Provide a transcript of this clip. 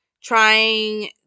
trying